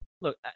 look